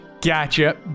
Gotcha